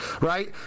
right